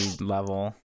level